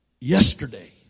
yesterday